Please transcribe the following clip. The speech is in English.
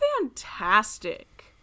fantastic